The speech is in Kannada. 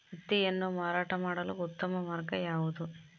ಹತ್ತಿಯನ್ನು ಮಾರಾಟ ಮಾಡಲು ಉತ್ತಮ ಮಾರ್ಗ ಯಾವುದು?